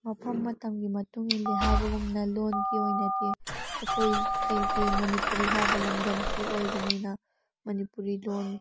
ꯃꯐꯝ ꯃꯇꯝꯒꯤ ꯃꯇꯨꯡ ꯏꯜꯂꯤ ꯍꯥꯏꯕꯒꯨꯝꯅ ꯂꯣꯟꯒꯤ ꯑꯣꯏꯅꯗꯤ ꯑꯩꯈꯣꯏ ꯀꯩ ꯀꯩ ꯃꯅꯤꯄꯨꯔꯤ ꯍꯥꯏꯕ ꯂꯝꯗꯝꯁꯤ ꯑꯣꯏꯕꯅꯤꯅ ꯃꯅꯤꯄꯨꯔꯤ ꯂꯣꯟ